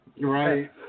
Right